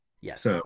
Yes